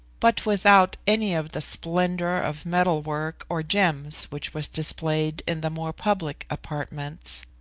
but without any of the splendour of metal-work or gems which was displayed in the more public apartments.